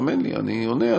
האמן לי, אני עונה.